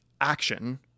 action